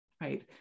right